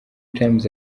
times